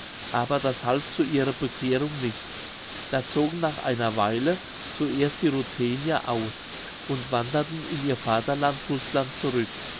aber das half zu ihrer bekehrung nicht da zogen nach einer weile zuerst die ruthenier aus und wanderten in ihr vaterland rußland zurück